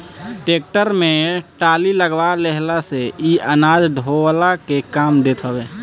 tractor में trolley लगवा लेहला से इ अनाज ढोअला के काम देत हवे